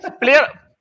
Player